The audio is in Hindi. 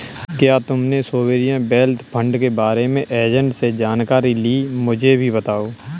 क्या तुमने सोवेरियन वेल्थ फंड के बारे में एजेंट से जानकारी ली, मुझे भी बताओ